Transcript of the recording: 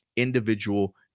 Individual